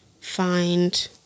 find